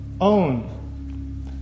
own